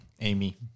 Amy